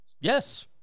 Yes